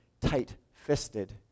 tight-fisted